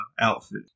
outfit